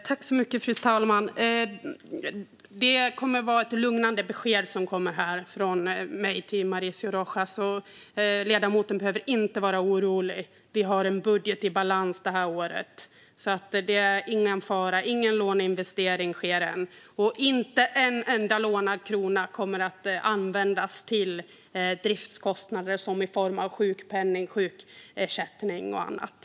Fru talman! Jag kan ge Mauricio Rojas ett lugnande besked här. Ledamoten behöver inte vara orolig; vi har en budget i balans det här året. Det är alltså ingen fara - ingen låneinvestering sker än, och inte en enda lånad krona kommer att användas till driftskostnader såsom sjukpenning, sjukersättning och annat.